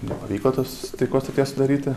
nepavyko tos taikos sutarties sudaryti